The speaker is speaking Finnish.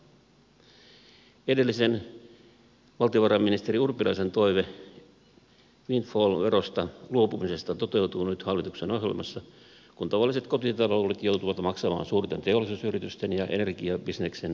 edellisen valtiovarainministerin urpilaisen toive windfall verosta luopumisesta toteutuu nyt hallituksen ohjelmassa kun tavalliset kotitaloudet joutuvat maksamaan suurten teollisuusyritysten ja energiabisneksen veroedut